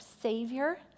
savior